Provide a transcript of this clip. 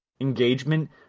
engagement